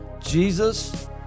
jesus